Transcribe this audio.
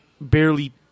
barely